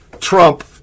Trump